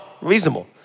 Reasonable